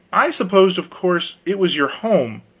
i supposed, of course, it was your home.